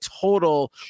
total